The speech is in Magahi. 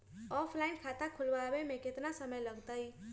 ऑफलाइन खाता खुलबाबे में केतना समय लगतई?